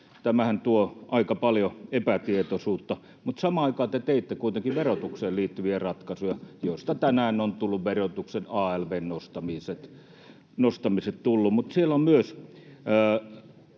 Tämähän tuo aika paljon epätietoisuutta, mutta samaan aikaan te teitte kuitenkin verotukseen liittyviä ratkaisuja, joista tänään ovat tulleet verotuksen alv:n nostamiset. Mutta siellä on myös